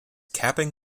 capping